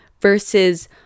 versus